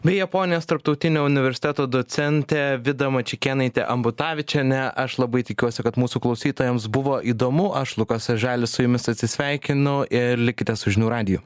bei japonijos tarptautinio universiteto docentė vida mačiukėnaitė ambutavičienė aš labai tikiuosi kad mūsų klausytojams buvo įdomu aš lukas oželis su jumis atsisveikinu ir likite su žinių radiju